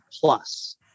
plus